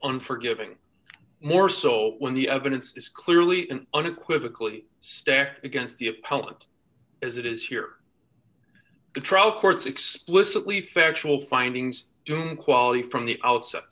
unforgiving more so when the evidence is clearly and unequivocally stacked against the opponent as it is here the trial court's explicitly factual findings june quality from the outset